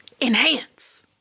Enhance